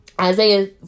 Isaiah